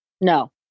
No